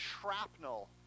shrapnel